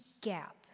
gap